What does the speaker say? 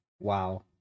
Wow